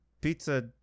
pizza